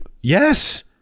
yes